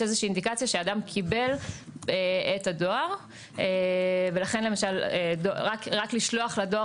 יש איזושהי אינדיקציה שאדם קיבל את הדואר ולכן רק לשלוח לכתובת דואר